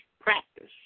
practice